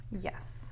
Yes